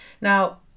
Now